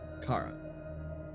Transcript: Kara